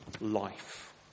life